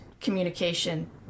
communication